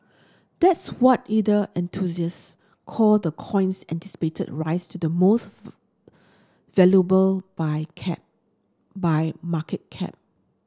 that's what either enthusiast call the coin's anticipated rise to the most valuable by cap by market cap